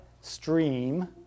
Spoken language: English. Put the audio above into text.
stream